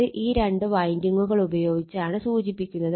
അത് ഈ രണ്ട് വൈൻഡിങ്ങുകൾ ഉപയോഗിച്ചാണ് സൂചിപ്പിക്കുന്നത്